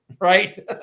right